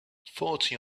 forty